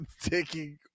taking